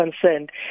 concerned